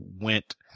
went